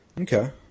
Okay